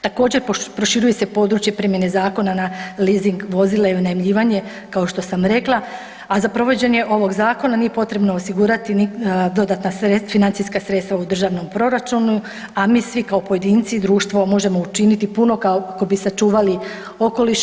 Također proširuje se područje primjene zakona na leasing vozila i unajmljivanje kao što sam rekla, a za provođenje ovog zakona nije potrebno osigurati dodatna financijska sredstva u državnom proračunu, a mi svi kao pojedinci i društvo možemo učiniti puno kako bi sačuvali okoliš.